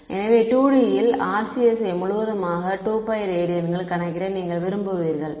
எனவே 2D இல் RCS ஐ முழுவதுமாக 2π ரேடியன்கள் கணக்கிட நீங்கள் விரும்புவீர்கள்